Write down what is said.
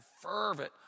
fervent